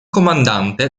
comandante